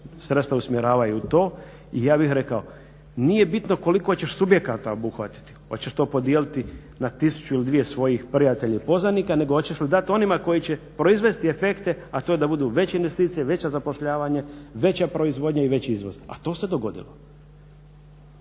sredstva usmjeravaju u to. I ja bih rekao, nije bitno koliko ćeš subjekata obuhvatiti, hoćeš to podijeliti na tisuću ili dvije svojih prijatelja ili poznanika nego hoćeš li dati onima koji će proizvesti efekte a to je da budu veće investicije, veće zapošljavanje, veća proizvodnja i veći izvoz. A to se dogodilo.